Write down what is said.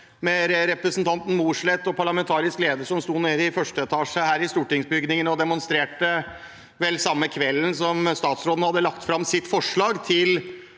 med representanten Mossleth og parlamentarisk leder, sto i første etasje her i stortingsbygningen og demonstrerte samme kveld som statsråden hadde lagt fram hvilket oppdrag hun